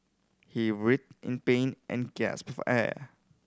he writhed in pain and gasped for air